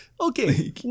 okay